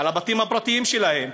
הבתים הפרטיים שלהם.